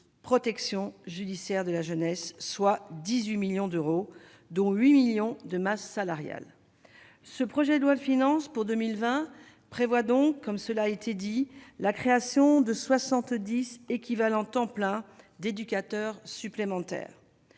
protection judiciaire de la jeunesse, soit 18 millions d'euros, dont 8 millions de masse salariale, ce projet de loi de finances pour 2020 prévoit donc, comme cela a été dit, la création de 70 équivalents temps plein d'éducateurs supplémentaires,